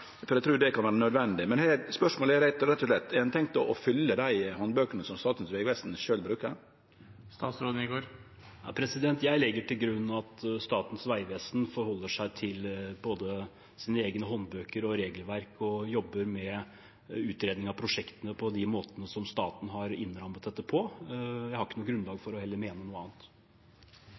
for eg trur det kan vere nødvendig. Spørsmålet er rett og slett: Har ein tenkt til å følgje dei handbøkene som Statens vegvesen sjølv bruker? Jeg legger til grunn at Statens vegvesen forholder seg til både sine egne håndbøker og sitt eget regelverk og jobber med utredning av prosjektene på de måtene som staten har innrammet dette på. Jeg har heller ikke noe grunnlag for å mene noe annet.